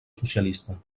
socialista